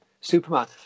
Superman